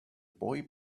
boy